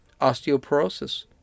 osteoporosis